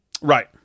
Right